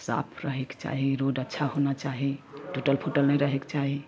साफ रहैके चाही रोड अच्छा होना चाही टूटल फूटल नहि रहैक चाही